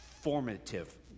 formative